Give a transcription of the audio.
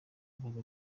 abaza